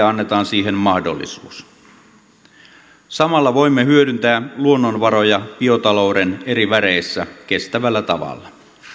annetaan mahdollisuus samalla voimme hyödyntää luonnonvaroja biotalouden eri väreissä kestävällä tavalla